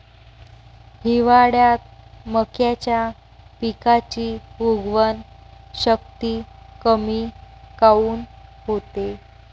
हिवाळ्यात मक्याच्या पिकाची उगवन शक्ती कमी काऊन होते?